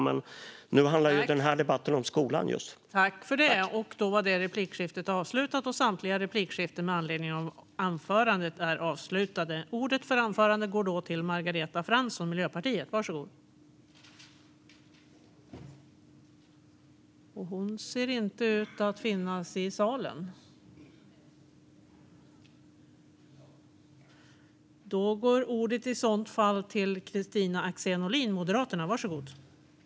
Men den här debatten handlar om just skolan.